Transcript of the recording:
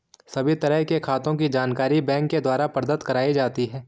सभी तरह के खातों के जानकारी बैंक के द्वारा प्रदत्त कराई जाती है